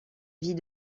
vie